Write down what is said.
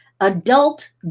adult